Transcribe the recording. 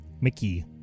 Mickey